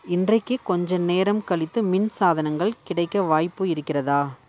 இன்றைக்கே கொஞ்சம் நேரம் கழித்து மின் சாதனங்கள் கிடைக்க வாய்ப்பு இருக்கிறதா